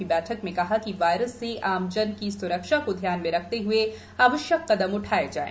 की बैठक में कहा कि वायरस से आमजनता की सुरक्षा को ध्यान में रखते हुए आवश्यकता कदम उठाए जाएं